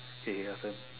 kay kay your turn